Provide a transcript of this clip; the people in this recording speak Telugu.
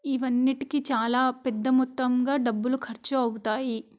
ఇవన్నిటికీ చాలా పెద్ద మొత్తంగా డబ్బులు ఖర్చు అవుతాయి